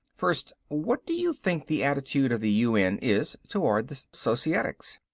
firstly, what do you think the attitude of the un is towards societics?